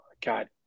God